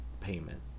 payment